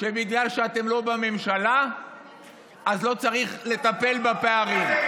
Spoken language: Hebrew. שבגלל שאתם לא בממשלה אז לא צריך לטפל בפערים.